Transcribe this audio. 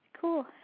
cool